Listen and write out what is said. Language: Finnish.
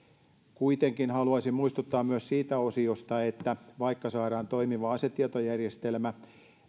kuitenkin haluaisin muistuttaa myös siitä osiosta että vaikka saadaan toimiva asetietojärjestelmä